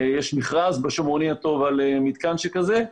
יש מכרז בשומרוני הטוב על מתקן שכזה,